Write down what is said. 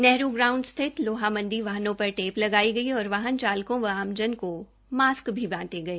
Nehru ground स्थित लोहामंडी वाहनों पर टेप लगाई गई और वाहन चालकों व आमजन को मास्क भी बाटे गए